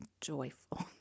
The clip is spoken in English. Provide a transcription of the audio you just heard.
joyful